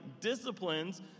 disciplines